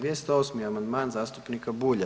208. amandman zastupnika Bulja.